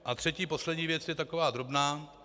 A třetí, poslední věc, je taková drobná.